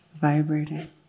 vibrating